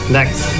next